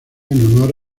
honor